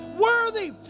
worthy